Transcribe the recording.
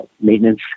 maintenance